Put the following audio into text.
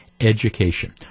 education